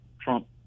Trump